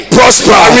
Prosper